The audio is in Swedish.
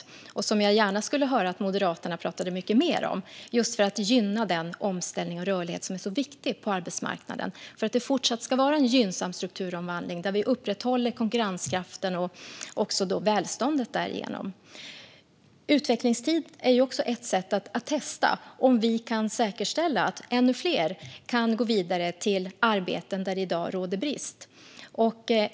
Detta skulle jag gärna höra Moderaterna prata mycket mer om, för att gynna den omställning och rörlighet som är så viktig på arbetsmarknaden och för att det ska vara en fortsatt gynnsam strukturomvandling där vi upprätthåller konkurrenskraften och därigenom också välståndet. Utvecklingstid är ett sätt att testa om vi kan säkerställa att ännu fler går vidare till arbeten där det i dag råder brist.